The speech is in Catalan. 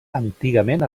antigament